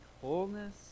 wholeness